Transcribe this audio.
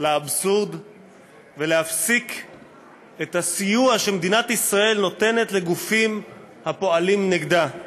לאבסורד ולהפסיק את הסיוע שמדינת ישראל נותנת לגופים הפועלים נגדה.